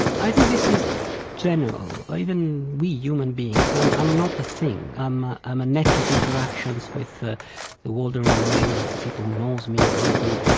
i think this is general. even we human beings i'm i'm not a thing. i'm i'm a net of interactions with the the world around me, with the people who know me, who love me.